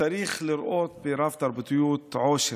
וצריך לראות ברב-תרבותיות עושר,